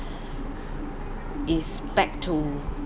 is back to